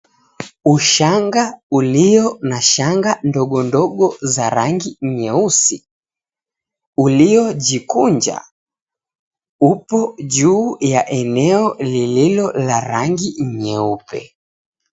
Ushanga ulio na shanga ndogondogo za rangi nyeusi uliojikunja upo juu ya eneo lililo na rangi nyeupe.